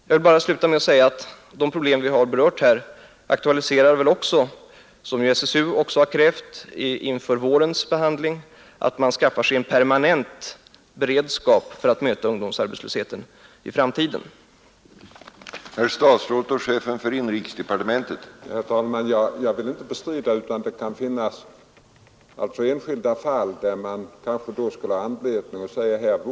Jag vill sluta med att säga att de problem vi har berört här också aktualiserar frågan om en permanent beredskap för att i framtiden möta ungdomsarbetslösheten vid kommande konjunkturförsämringar. Det har också det socialdemokratiska ungdomsförbundet, SSU, krävt i våras före tillkomsten av det s.k. åtgärdsprogrammet.